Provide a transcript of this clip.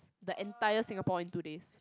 the entire Singapore in two days